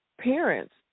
parents